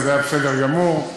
וזה היה בסדר גמור.